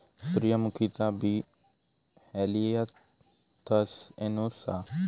सूर्यमुखीचा बी Helianthus annuus हा